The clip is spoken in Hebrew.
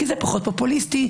כי זה פחות פופוליסטי,